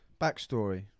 Backstory